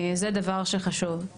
זה דבר שחשוב,